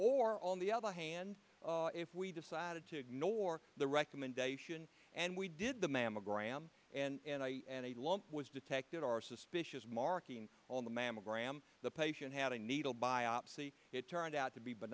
or on the other hand if we decided to ignore the recommendation and we did the mammogram and i and a lump was detected are suspicious marking on the mammogram the patient had a needle biopsy it turned out to be but